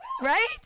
Right